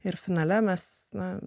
ir finale mes na